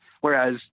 Whereas